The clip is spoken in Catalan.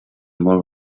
molt